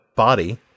body